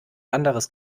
anderes